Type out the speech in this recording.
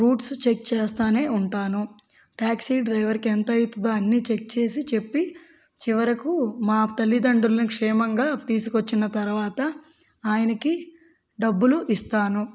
roots check చేస్తు ఉంటాను taxi డ్రైవర్ని ఎంత అవుతుందో అన్ని చెక్ చేసి చెప్పి చివరకు మా తల్లిదండ్రులను క్షేమంగా తీసుకు వచ్చిన తర్వాత ఆయనికి డబ్బులు ఇస్తాను